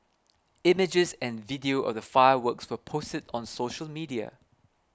images and video of the fireworks were posted on social media